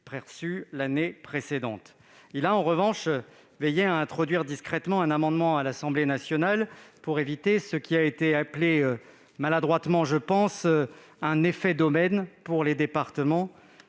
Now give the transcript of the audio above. perçu l'année précédente. Il a en revanche fait adopter discrètement un amendement à l'Assemblée nationale pour éviter ce qui a été appelé, maladroitement je pense, un « effet d'aubaine » pour les départements.